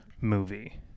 movie